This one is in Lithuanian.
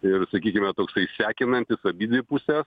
ir sakykime toksai sekinantis abidvi puses